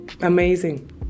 Amazing